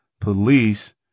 police